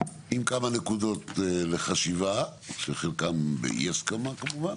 עם כמה נקודות לחשיבה שחלקם באי הסכמה כמובן.